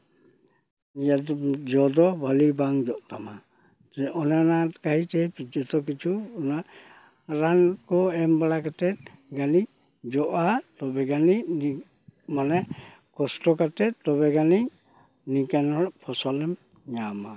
ᱤᱭᱟᱹ ᱡᱚ ᱫᱚ ᱵᱷᱟᱞᱮ ᱵᱟᱝ ᱡᱚᱜ ᱛᱟᱢᱟ ᱚᱱᱮ ᱚᱱᱟ ᱠᱷᱟᱹᱛᱤᱨ ᱛᱮᱜᱮ ᱡᱚᱛᱚ ᱠᱤᱪᱷᱩ ᱚᱱᱟ ᱨᱟᱱ ᱠᱚ ᱮᱢ ᱵᱟᱲᱟ ᱠᱟᱛᱮ ᱡᱟᱹᱱᱤᱡ ᱡᱚᱜᱼᱟ ᱛᱚᱵᱮ ᱡᱟᱹᱱᱤᱡ ᱢᱟᱱᱮ ᱠᱚᱥᱴᱚ ᱠᱟᱛᱮ ᱛᱚᱵᱮ ᱡᱟᱹᱱᱤᱡ ᱱᱤᱛᱟᱱᱟᱝ ᱯᱷᱚᱥᱚᱞᱮᱢ ᱧᱟᱢᱟ